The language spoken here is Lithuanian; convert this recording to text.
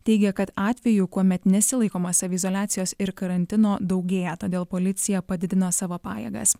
teigė kad atvejų kuomet nesilaikoma saviizoliacijos ir karantino daugėja todėl policija padidino savo pajėgas